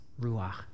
ruach